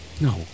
no